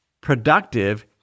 productive